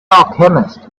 alchemist